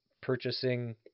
purchasing